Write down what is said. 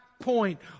point